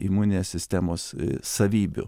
imuninės sistemos savybių